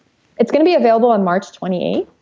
it's going to be available on march twenty eight